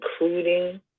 including